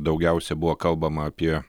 daugiausiai buvo kalbama apie